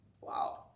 Wow